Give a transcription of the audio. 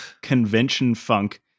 convention-funk